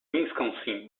wisconsin